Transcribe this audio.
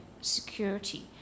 security